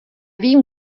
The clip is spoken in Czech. vím